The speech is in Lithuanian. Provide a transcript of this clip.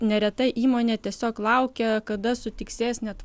nereta įmonė tiesiog laukia kada sutiksės net